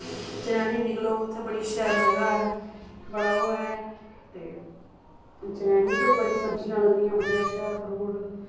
चनैनी निकलो उत्थै बड़ियां शैल जगह् ऐ बड़ा ओह् ऐ ते चनैनी च बड़ी सब्जियां लगदियां बड़ा शैल फरूट